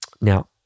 Now